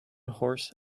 horse